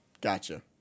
Gotcha